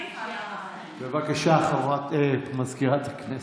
הודעה למזכירת הכנסת,